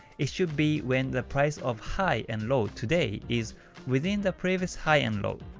it should be when the price of high and low today is within the previous high and low.